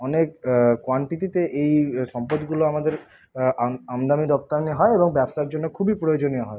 অনেক কোয়ান্টিটিতে এই সম্পদগুলো আমাদের আমদানি রপ্তানি হয় এবং ব্যবসার জন্য খুবই প্রয়োজনীয় হয়